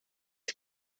هیچ